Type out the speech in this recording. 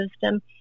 system